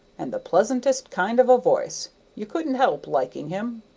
and the pleasantest kind of a voice you couldn't help liking him.